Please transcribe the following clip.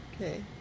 Okay